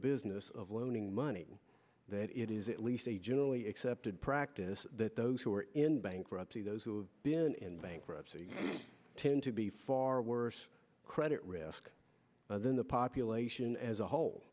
business of loaning money that it is at least a generally accepted practice that those who are in bankruptcy those who have been in bankruptcy tend to be far worse credit risk than the population as a whole